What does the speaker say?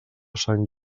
sant